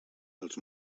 als